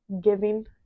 giving